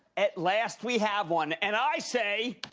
at last we have one, and i say.